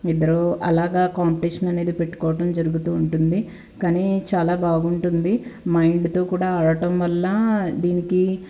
ఇద్దరు అలాగా కాంపిటీషన్ అనేది పెట్టుకోవడం జరుగుతూ ఉంటుంది కాని చాలా బాగుంటుంది మైండ్తో కూడా ఆడడం వల్ల దీనికి